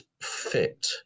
fit